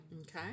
Okay